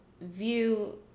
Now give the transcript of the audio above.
view